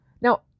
Now